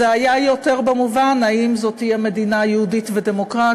זה היה יותר במובן של האם זו תהיה מדינה יהודית ודמוקרטית,